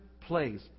place